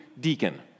Deacon